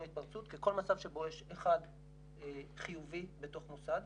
התפרצות ככל מצב שבו יש אחד חיובי בתוך מוסד.